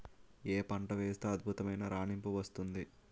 ఏ పంట వేస్తే అద్భుతమైన రాణింపు వస్తుంది?